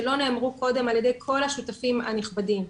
שלא נאמרו קודם ע"י כל השותפים הנכבדים.